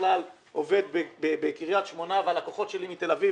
בכלל עובד בקריית שמונה והלקוחות שלי מתל אביב,